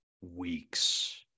weeks